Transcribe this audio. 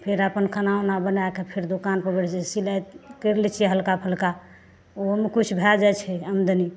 फेर अपन खाना ओना बनाए कऽ फेर दोकान पर बैठ जाइत छियै सिलाइ कर लै छियै हलका फलका ओहोमे किछु भए जाइत छै आमदनी